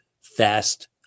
fast